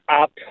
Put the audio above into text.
up